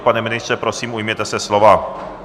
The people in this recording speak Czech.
Pane ministře, prosím, ujměte se slova.